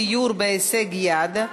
דיור בהישג יד),